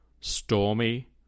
stormy